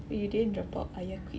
oh you didn't drop out ayah quit